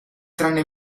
tranne